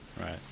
right